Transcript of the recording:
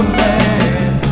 man